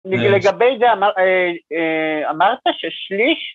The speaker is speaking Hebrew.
לגבי זה אמרת ששליש